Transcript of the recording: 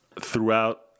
throughout